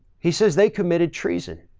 he says they committed treason.